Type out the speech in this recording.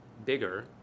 bigger